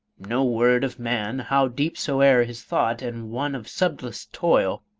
no word of man, how deep soe'er his thought and won of subtlest toil,